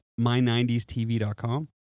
my90sTV.com